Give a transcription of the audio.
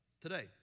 today